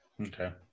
Okay